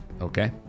Okay